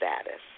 status